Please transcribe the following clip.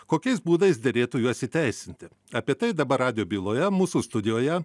kokiais būdais derėtų juos įteisinti apie tai dabar radijo byloje mūsų studijoje